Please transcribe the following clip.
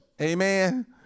Amen